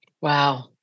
Wow